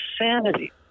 insanity